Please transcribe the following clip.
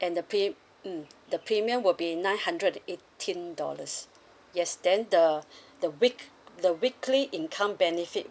and the pay mm the premium will be nine hundred and eighteen dollars yes then the the week the weekly income benefit